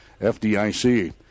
FDIC